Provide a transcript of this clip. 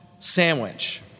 Sandwich